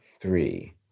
three